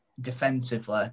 defensively